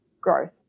growth